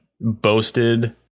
boasted